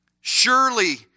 Surely